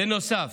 בנוסף,